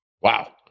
Wow